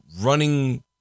running